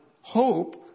hope